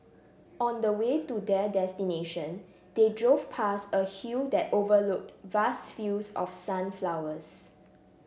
on the way to their destination they drove past a hill that overlooked vast fields of sunflowers